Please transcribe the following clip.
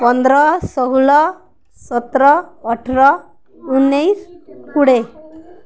ପନ୍ଦର ଷୋହଳ ସତର ଅଠର ଉଣେଇଶି କୋଡ଼ିଏ